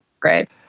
Great